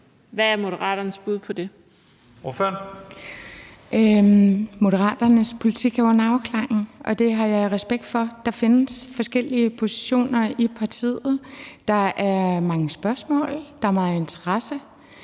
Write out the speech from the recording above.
Nanna W. Gotfredsen (M): Moderaternes politik er under afklaring, og det har jeg respekt for. Der findes forskellige positioner i partiet, der er mange spørgsmål, der er meget interesse,